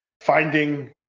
finding